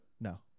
No